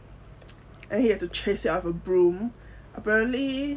and he had to chase it out with a broom apparently